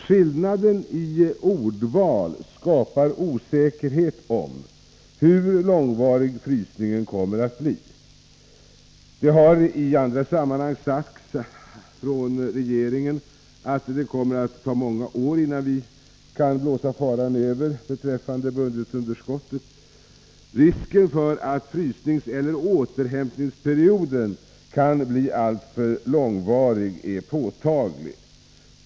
Skillnaden i ordval skapar osäkerhet om hur långvarig frysningen kommer att bli. Det har i andra sammanhang sagts från regeringen att det kommer att ta många år, innan vi kan blåsa faran över beträffande budgetunderskottet. Risken för att frysningseller återhämtningsperioden kan bli alltför långvarig är påtaglig.